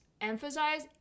emphasize